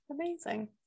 Amazing